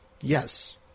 yes